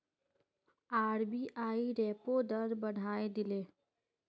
RBI repo दर बढ़ाए दिले